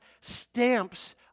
stamps